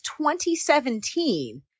2017